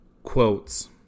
quotes